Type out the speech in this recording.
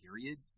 Period